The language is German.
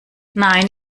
nein